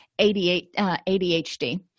ADHD